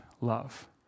love